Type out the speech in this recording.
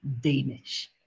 Danish